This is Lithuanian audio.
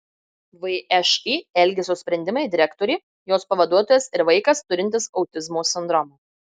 všį elgesio sprendimai direktorė jos pavaduotojas ir vaikas turintis autizmo sindromą